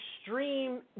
extreme